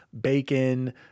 bacon